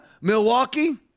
Milwaukee